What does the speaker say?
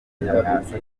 nyamwasa